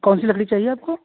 कौन सी लकड़ी चाहिए आपको